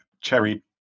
cherry